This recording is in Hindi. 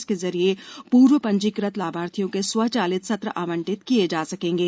इसके जरिये पूर्व पंजीकृत लाभार्थियों के लिए स्वचालित सत्र आवंटित किये जा सकेंगे